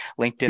LinkedIn